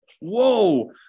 Whoa